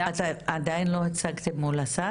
עדיין לא הצגתן מול השר?